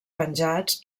penjats